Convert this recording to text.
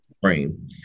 frame